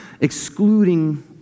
excluding